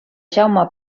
jaume